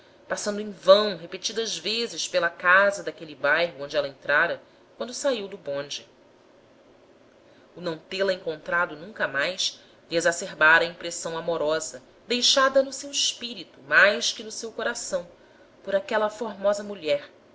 passando em vão repetidas vezes pela casa daquele bairro onde ela entrara quando saiu do bonde o não tê-la encontrado nunca mais lhe exacerbara a impressão amorosa deixada no seu espírito mais que no seu coração por aquela formosa mulher